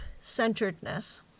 centeredness